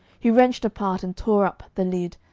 he wrenched apart and tore up the lid,